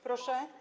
Proszę?